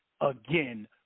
again